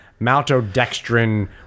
maltodextrin